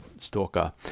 stalker